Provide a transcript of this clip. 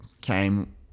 came